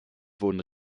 wurden